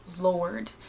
lowered